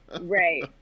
right